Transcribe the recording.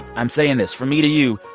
i'm saying this from me to you.